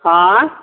आँय